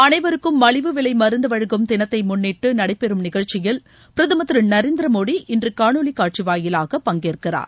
அனைவருக்கும் மலிவு விலை மருந்து வழங்கும் தினத்தை முன்னிட்டு நடைபெறும் நிகழ்ச்சியில் பிரதமர் திரு நரேந்திர மோடி இன்று காணொலி காட்சி வாயிலாக பங்கேற்கிறார்